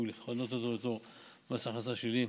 מס הכנסה שלילי.